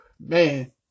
man